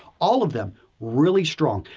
all of them really strong,